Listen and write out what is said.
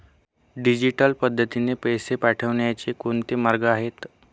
Digital पद्धतीने पैसे पाठवण्याचे कोणते मार्ग आहेत?